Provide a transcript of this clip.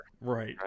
Right